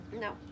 No